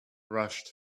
rushed